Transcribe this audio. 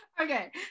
okay